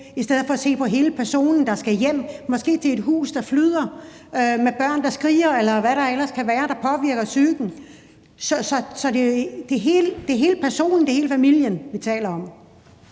i stedet for at se på hele personen, der skal hjem, måske til et hus, der flyder, og med børn, der skriger, eller hvad der ellers kan være, der påvirker psyken. Så det er hele personen, og det er hele familien, vi taler om.